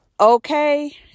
okay